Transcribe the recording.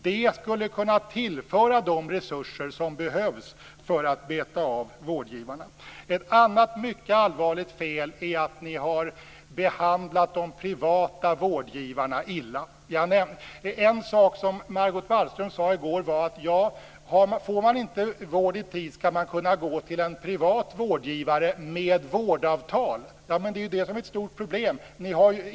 Det skulle kunna tillföra de resurser som behövs för att beta av vårdgivarna. Ytterligare ett mycket allvarligt fel är att ni har behandlat de privata vårdgivarna illa. En sak som Margot Wallström sade i går var att får man inte vård i tid skall man kunna gå till en privat vårdgivare med vårdavtal. Men det är det som är ett stort problem.